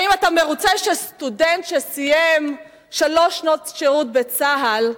האם אתה מרוצה שסטודנט שסיים שלוש שנות שירות בצה"ל,